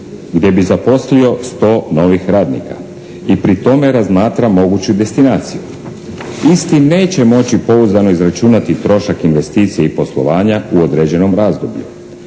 gdje bi zaposlio 100 novih radnika i pri tome razmatra moguću destinaciju isti neće moći pouzdano izračunati trošak investicije i poslovanja u određenom razdoblju,